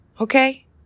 Okay